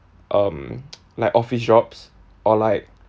um like office jobs or like